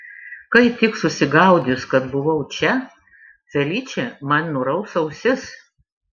kai tik susigaudys kad buvau čia feličė man nuraus ausis